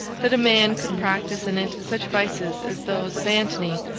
that a man could practice in it such vices as those of antony,